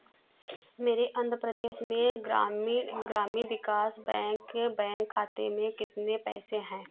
मेरे आंध्रप्रदेश में ग्रामीण ग्रामी विकास बैंक बैंक खाते में कितने पैसे हैं